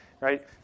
right